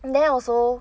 there also